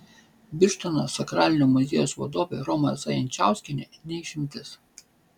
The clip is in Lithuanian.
birštono sakralinio muziejaus vadovė roma zajančkauskienė ne išimtis